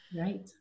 Right